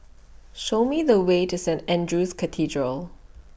Show Me The Way to Saint Andrew's Cathedral